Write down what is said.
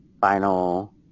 final